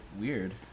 weird